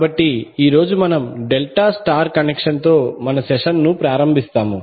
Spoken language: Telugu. కాబట్టి ఈ రోజు మనము డెల్టా స్టార్ కనెక్షన్తో మన సెషన్ను ప్రారంభిస్తాము